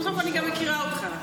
ובסוף אני גם מכירה אותך.